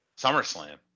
SummerSlam